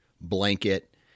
blanket